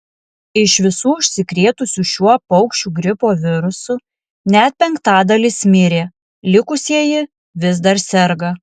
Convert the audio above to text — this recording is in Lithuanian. iš visų užsikrėtusių šiuo paukščių gripo virusu net penktadalis mirė likusieji vis dar serga